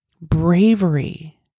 bravery